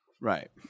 Right